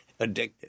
addictive